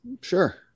sure